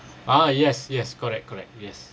ah yes yes correct correct yes